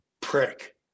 prick